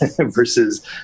versus